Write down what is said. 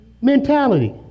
mentality